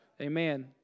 Amen